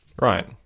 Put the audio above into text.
Right